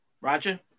roger